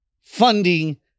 funding